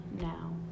Now